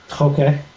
Okay